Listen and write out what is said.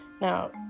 now